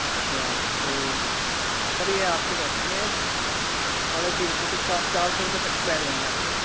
اچھا تو سر یہ آپ کے بیٹھیں گے ساڑھے تین سو سے چار چار سو روپیے تک بیٹھ جائیں گے آپ کے